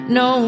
no